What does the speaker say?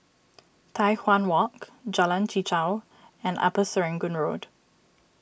Tai Hwan Walk Jalan Chichau and Upper Serangoon Road